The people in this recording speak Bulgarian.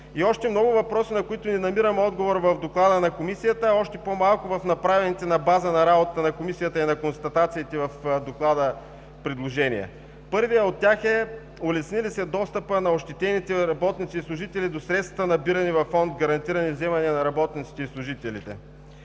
Още много въпроси, на които не намирам отговор в доклада на Комисията, а още по-малко в направените на база на работата на Комисията и на констатациите в доклада предложения. Първият от тях е: улесни ли се достъпът на ощетените работници и служители до средствата, набирани във Фонд „Гарантирани вземания на работниците и служителите“?